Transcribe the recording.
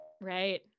Right